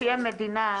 נשיא המדינה,